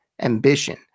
ambition